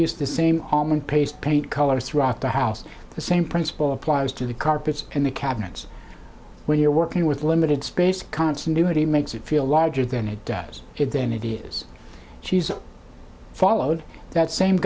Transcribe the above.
paste paint colors throughout the house the same principle applies to the carpets and the cabinets where you're working with limited space constant duty makes it feel larger than it does it then it is she's followed that same